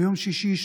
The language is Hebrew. ביום שישי,